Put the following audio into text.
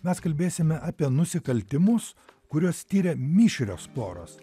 mes kalbėsime apie nusikaltimus kuriuos tiria mišrios poros